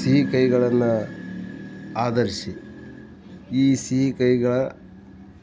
ಸಿಹಿಕಹಿಗಳನ್ನು ಆಧರಿಸಿ ಈ ಸಿಹಿಕಹಿಗಳ